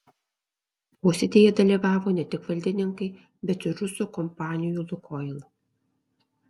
posėdyje dalyvavo ne tik valdininkai bet ir rusų kompanijų lukoil